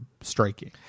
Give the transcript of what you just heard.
striking